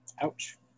Ouch